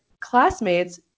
classmates